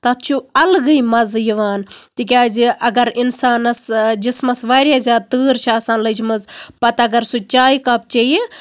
تَتھ چھُ اَلگٕے مَزٕ یِوان تِکیازِ اَگر اِنسانَس جِسمَس واریاہ زیادٕ تۭر چھےٚ آسان لٔجمٕژ پَتہٕ اَگر سُہ چایہِ کَپ چیٚیہِ